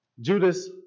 Judas